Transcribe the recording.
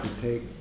take